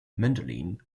mandolin